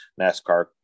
nascar